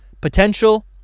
potential